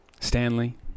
stanley